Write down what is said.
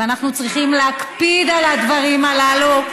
ואנחנו צריכים להקפיד על הדברים הללו.